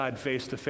FACE-TO-FACE